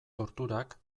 torturak